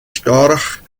storch